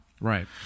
Right